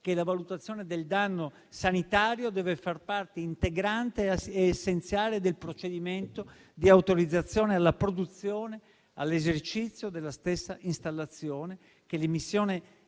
che la valutazione del danno sanitario deve fare parte integrante ed essenziale del procedimento di autorizzazione alla protezione e all'esercizio della stessa installazione; che l'emissione